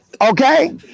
Okay